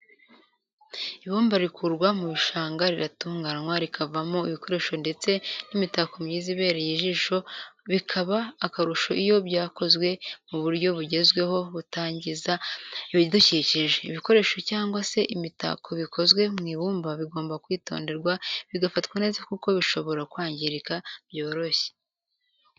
Ibumba rikurwa mu gishanga riratunganywa rikavamo ibikoresho ndetse n'imitako myiza ibereye ijisho bikaba akarusho iyo byakozwe mu buryo bugezweho butangiza ibidukikije. ibikoresho cyangwa se imitako bikozwe mu ibumba bigomba kwitonderwa bigafatwa neza kuko bishobora kwangirika byoroshye.